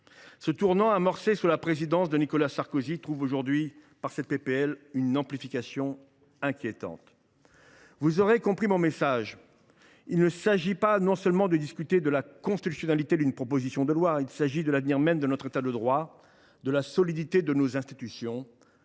Ce tournant, amorcé sous la présidence de Nicolas Sarkozy, trouve aujourd’hui dans cette proposition de loi une amplification inquiétante. Vous aurez compris mon message : il ne s’agit pas seulement de discuter de la constitutionnalité d’une proposition de loi. Ce qui est en jeu est l’avenir même de notre État de droit et la solidité de nos institutions.